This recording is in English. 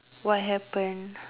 what happen